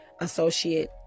associate